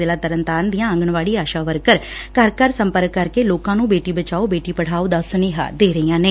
ਜ਼ਿਲ੍ਹਾ ਤਰਨਤਾਰਨ ਦੀਆਂ ਆਂਗਣਵਾੜੀ ਆਸ਼ਾ ਵਰਕਰ ਘਰ ਘਰ ਸੰਪਰਕ ਕਰਕੇ ਲੋਕਾਂ ਨੂੰ ਬੇਟੀ ਬਚਾਓ ਬੇਟੀ ਪੜਾਓ ਦਾ ਸੁਨੇਹਾ ਦੇ ਰਹੀਆਂ ਨੇ